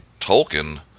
Tolkien